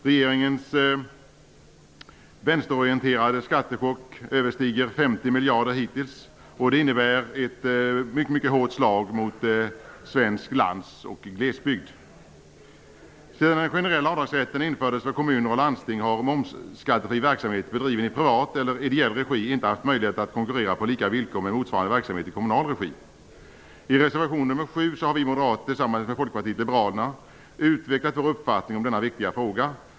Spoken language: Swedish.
Regeringens vänsterorienterade skattechock överstiger 50 miljarder hittills. Det innebär ett mycket hårt slag mot svensk landsbygd och glesbygd. Sedan den generella avdragsrätten infördes för kommuner och landsting har momsfri verksamhet bedriven i privat eller ideell regi inte haft möjlighet att konkurrera på lika villkor med motsvarande verksamhet i kommunal regi. I reservation nr 7 har vi moderater tillsammans med Folkpartiet liberalerna utvecklat vår uppfattning i denna viktiga fråga.